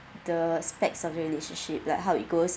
the specs of the relationship like how it goes